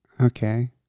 Okay